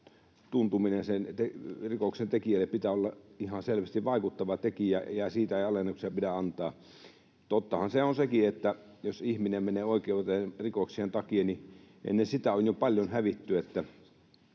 tuntumisen sen rikoksen tekijälle pitää olla ihan selvästi vaikuttava tekijä, ja siitä ei alennuksia pidä antaa. Tottahan se on sekin, että jos ihminen menee oikeuteen rikoksien takia, niin ennen sitä on jo paljon hävitty.